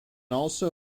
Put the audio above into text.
also